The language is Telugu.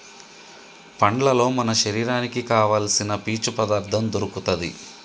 పండ్లల్లో మన శరీరానికి కావాల్సిన పీచు పదార్ధం దొరుకుతది